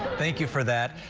thank you for that.